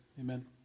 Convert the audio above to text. amen